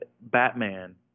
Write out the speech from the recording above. Batman